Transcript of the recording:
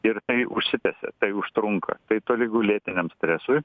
ir tai užsitęsia tai užtrunka tai tolygu lėtiniam stresui